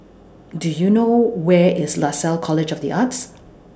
Do YOU know Where IS Lasalle College of The Arts